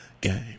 game